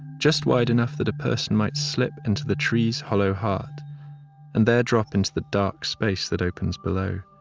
just wide enough that a person might slip into the tree's hollow heart and there drop into the dark space that opens below.